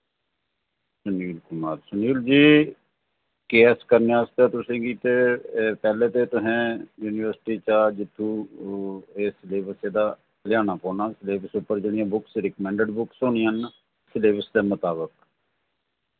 सुनील कुमार सुनील जी केएस करने आस्तै तुसेंगी ते एह् पैह्ले ते तुसैं यूनिवसटी चा जित्थु ए सलेबस इ'दा लेआना पोना सलेबस उप्पर जेह्ड़ियां बुक्स रेकमेंडेड बुक्स होनियां न सलेबस दे मुताबक